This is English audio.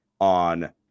on